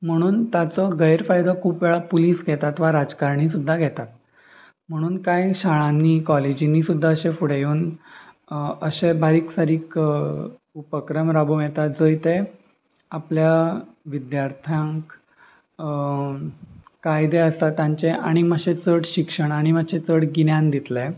म्हणून ताचो गैरफायदो खूब वेळार पुलीस घेतात वा राजकारणी सुद्दां घेतात म्हणून कांय शाळांनी कॉलेजींनी सुद्दां अशे फुडें येवन अशे बारीक सारीक उपक्रम राबोवं येता जंय ते आपल्या विद्यार्थ्यांक कायदे आसा तांचें आनी मातशें चड शिक्षण आनी मातशें चड गिन्यान दितले